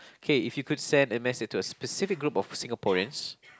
K if you could send a message to a specific group of Singaporeans